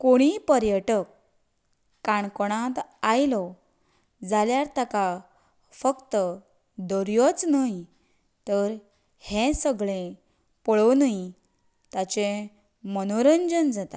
कोणय पर्यटक काणकोणांत आयलो जाल्यार ताका फक्त दर्योच न्हय तर हें सगळें पळोवनय ताचें मनोरंजन जाता